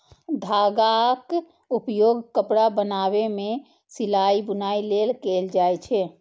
धागाक उपयोग कपड़ा बनाबै मे सिलाइ, बुनाइ लेल कैल जाए छै